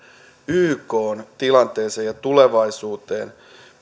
ykn tilanteeseen ja tulevaisuuteen